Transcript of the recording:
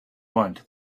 want